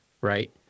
right